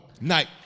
night